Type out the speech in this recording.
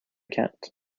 cat